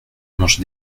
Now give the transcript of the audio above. mange